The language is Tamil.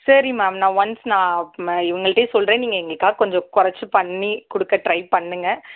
சரி மேம் நான் ஒன்ஸ் நான் அப் இவங்கள்கிட்டையும் சொல்கிறேன் நீங்கள் எங்களுக்காக கொஞ்சம் குறைச்சி பண்ணி கொடுக்க ட்ரை பண்ணுங்கள்